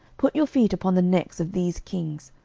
put your feet upon the necks of these kings.